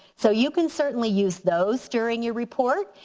so you can certainly use those during your report.